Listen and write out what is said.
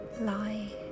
lie